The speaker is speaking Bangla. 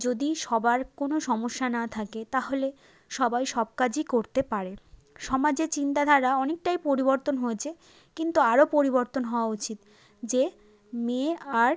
যদি সবার কোনো সমস্যা না থাকে তাহলে সবাই সব কাজই করতে পারে সমাজে চিন্তাধারা অনেকটাই পরিবর্তন হয়েছে কিন্তু আরও পরিবর্তন হওয়া উচিত যে মেয়ে আর